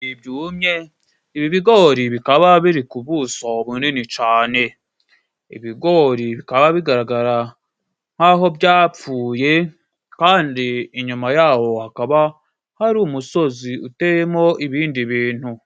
Ibyumye, ibi bigori bikaba biri ku buso bunini cane. Ibigori bikaba bigaragara nk'aho byapfuye, kandi inyuma ya ho hakaba hari umusozi uteyemo ibindi bintu.